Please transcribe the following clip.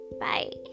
bye